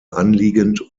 anliegend